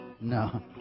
no